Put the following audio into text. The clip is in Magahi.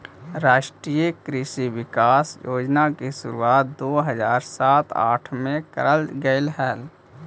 राष्ट्रीय कृषि विकास योजना की शुरुआत दो हज़ार सात आठ में करल गेलइ हल